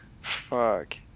Fuck